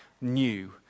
new